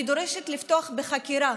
אני דורשת לפתוח בחקירה